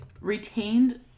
retained